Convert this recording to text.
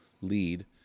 lead